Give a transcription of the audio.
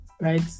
right